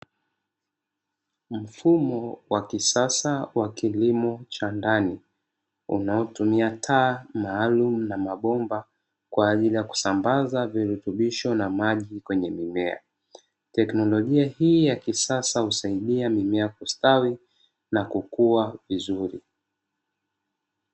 Mfumo wa kisasa wa kilimo cha ndani ,unaotumia taa maalumu na mabomba kwa ajili ya kusambaza virutubisho na maji kwenye mimea, teknolojia hii ya kisasa husaidia mimea kustawi na kukua vizuri.